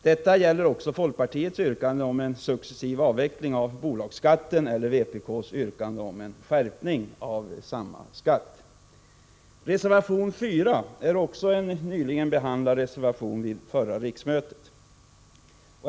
Detta gäller också folkpartiets yrkande om en successiv avveckling av bolagsskatten och vpk:s yrkande om en skärpning av samma skatt. Reservation 4 gäller också en nyligen behandlad fråga vid förra riksmötet.